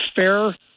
fair